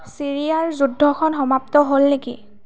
ছিৰিয়াৰ যুদ্ধখন সমাপ্ত হ'ল নেকি